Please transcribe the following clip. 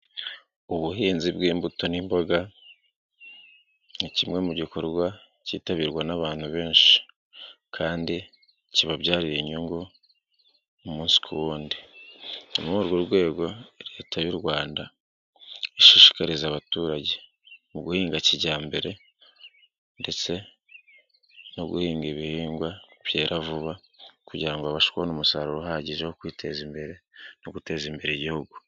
Ubuhinzi bw'imbuto n'imboga ni kimwe mu gikorwa cyitabirwa n'abantu benshi, kandi kibabyarira inyungu umunsi ku wundi. Ni muri urwo rwego leta y'u Rwanda ishishikariza abaturage mu guhinga kijyambere ndetse no guhinga ibihingwa byera vuba kugira ngo babashe kubona umusaruro uhagije wo kwiteza imbere no guteza imbere igihugu.